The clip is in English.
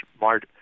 Mark